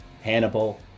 Hannibal